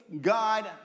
God